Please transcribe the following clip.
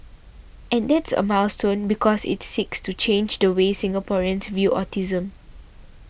and that's a milestone because it seeks to change the way Singaporeans view autism